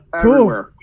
Cool